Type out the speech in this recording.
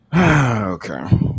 Okay